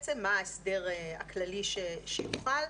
מה ההסדר הכללי שיוחל.